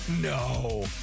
No